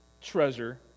treasure